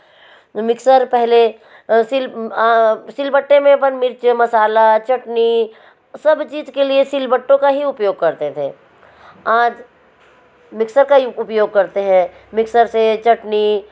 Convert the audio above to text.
mixer पहले सिल सिलबट्टे में अपन मिर्च मसाला चटनी सब चीज़ के लिए सिलबट्टो का ही उपयोग करते थे आंज मिक्सर का उपयोग करते हैं मिक्सर से चटनी